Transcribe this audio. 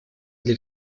для